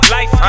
Life